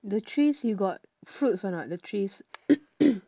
the trees you got fruits or not the trees